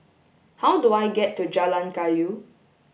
how do I get to Jalan Kayu